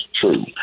true